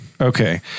Okay